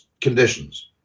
conditions